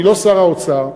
אני לא שר האוצר,